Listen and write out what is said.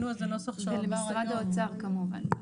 ולמשרד האוצר כמובן.